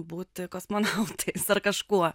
būti kosmonautais ar kažkuo